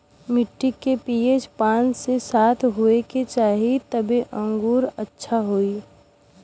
मट्टी के पी.एच पाँच से सात होये के चाही तबे अंगूर अच्छा होई